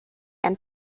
and